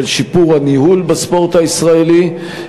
של שיפור הניהול בספורט הישראלי,